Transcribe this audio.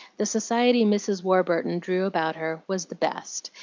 the society mrs. warburton drew about her was the best,